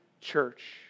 church